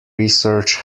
research